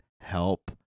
help